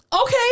okay